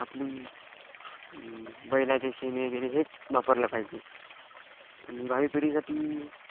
आपली बैलाचे शेण वगैरे हेच वापरलं पाहिजे आणि भावी पिढीसाठी